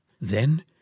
Then